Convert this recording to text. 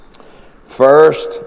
First